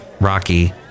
Rocky